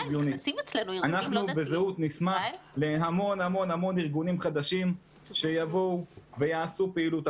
אנחנו בזהות נשמח להמון ארגונים חדשים שיבואו ויעשו פעילות.